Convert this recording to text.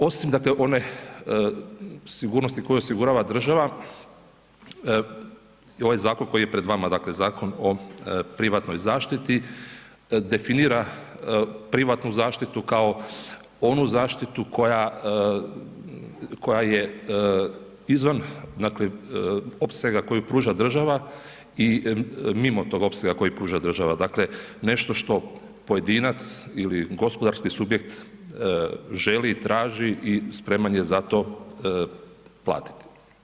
Osim dakle one sigurnosti koju osigurava država, i ovaj zakon koji je red vama, dakle Zakon o privatnoj zaštiti, definira privatnu zaštitu kao onu zaštitu koja je izvan opsega koji pruža država i mimo tog opsega koji pruža država, dakle nešto što pojedinac ili gospodarski subjekt želi i traži i spreman je za to platiti.